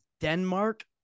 Denmark